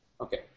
Okay